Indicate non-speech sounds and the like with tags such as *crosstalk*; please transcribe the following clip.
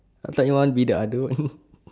I thought you want be the other one *laughs*